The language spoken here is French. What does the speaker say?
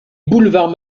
boulevard